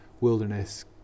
wilderness